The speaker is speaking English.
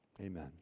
Amen